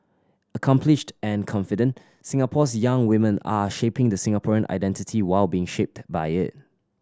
accomplished and confident Singapore's young women are shaping the Singaporean identity while being shaped by it